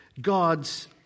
God's